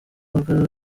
rogers